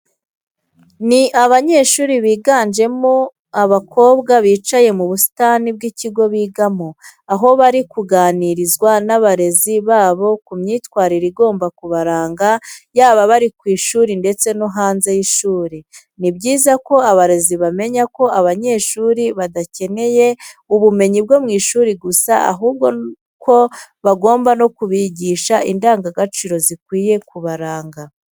Ni abanyeshuri biganjemo abakobwa bicaye mu busitani bw'ikigo bigamo, aho bari kuganirizwa n'abarezi babo ku myitwarire igomba kubaranga yaba bari ku ishuri ndetse no hanze y'ishuri. Ni byiza ko abarezi bamenya ko abanyeshuri badakeneye ubumenyi bwo mu ishuri gusa, ahubwo ko bagomba no kubigisha indangagaciro zikwiye kubaranga.